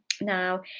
now